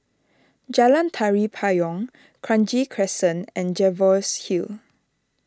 Jalan Tari Payong Kranji Crescent and Jervois Hill